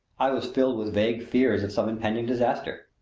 i was filled with vague fears of some impending disaster.